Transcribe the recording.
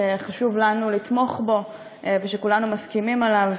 שחשוב לנו לתמוך בו ושכולנו מסכימים עליו,